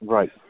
Right